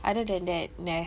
other than that nah